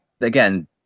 again